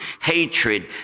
hatred